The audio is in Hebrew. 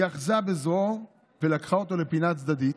היא אחזה בזרועו ולקחה אותו לפינה צדדית.